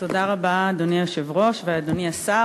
תודה רבה, אדוני היושב-ראש ואדוני השר.